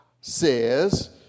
says